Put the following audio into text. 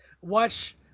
Watch